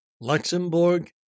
Luxembourg